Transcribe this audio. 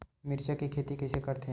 मिरचा के खेती कइसे करथे?